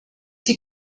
die